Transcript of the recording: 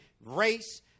race